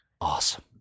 awesome